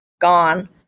gone